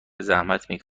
زحمت